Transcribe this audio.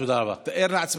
תודה רבה.